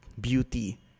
beauty